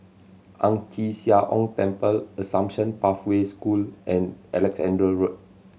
Ang Chee Sia Ong Temple Assumption Pathway School and Alexandra Road